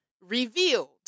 revealed